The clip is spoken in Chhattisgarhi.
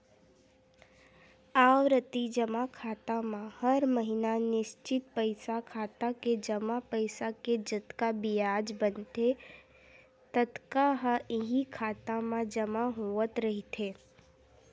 आवरती जमा खाता म हर महिना निस्चित पइसा खाता के जमा पइसा के जतका बियाज बनथे ततका ह इहीं खाता म जमा होवत रहिथे